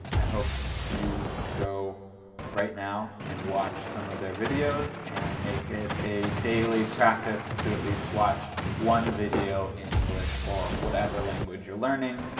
i hope you go right now and watch some of their videos and make it a daily practice to at least watch one video in english or whatever language you're learning.